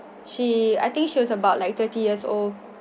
she I think she was about like thirty years old